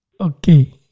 okay